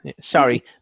Sorry